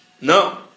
No